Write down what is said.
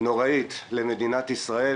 נוראית למדינת ישראל,